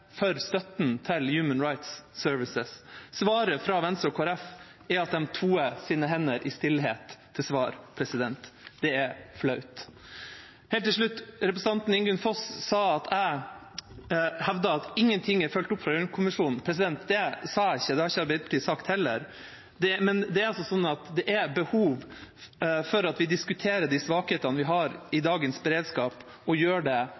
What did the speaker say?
for støtten til Human Rights Service. Svaret fra Venstre og Kristelig Folkeparti er at de toer sine hender i stillhet. Det er flaut. Helt til slutt: Representanten Ingunn Foss sa at jeg hevdet at ingenting er fulgt opp fra Gjørv-kommisjonen. Det sa jeg ikke, og det har ikke Arbeiderpartiet sagt heller, men det er altså et behov for at vi diskuterer de svakhetene vi har i dagens beredskap og gjør det